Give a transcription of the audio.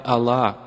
Allah